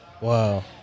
Wow